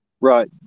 Right